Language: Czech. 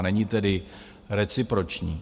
Není tedy reciproční.